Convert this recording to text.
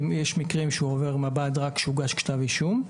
יש מקרים שהוא עובר מב"ד רק כשמוגש כתב אישום.